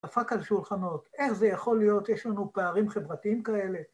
‫דפק על שולחנות, איך זה יכול להיות? ‫יש לנו פערים חברתיים כאלה?